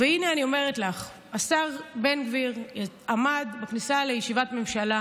והינה אני אומרת לך: השר בן גביר עמד בכניסה לישיבת ממשלה,